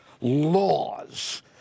laws